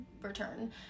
return